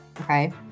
Okay